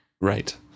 Right